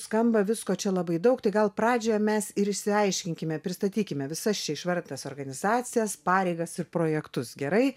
skamba visko čia labai daug tai gal pradžioje mes ir išsiaiškinkime pristatykime visas čia išvardytas organizacijas pareigas ir projektus gerai